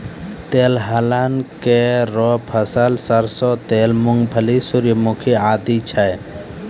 तिलहन केरो फसल सरसों तेल, मूंगफली, सूर्यमुखी आदि छै